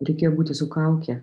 reikėjo būti su kauke